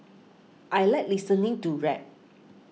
I like listening to rap